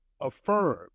affirm